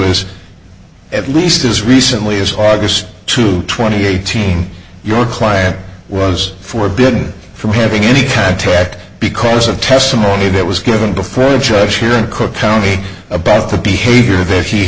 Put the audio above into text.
is at least as recently as august to twenty eighteen your client was forbidden from having any contact because of testimony that was given before a judge here in cook county about the behavior of a she